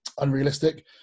unrealistic